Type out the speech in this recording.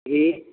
گھی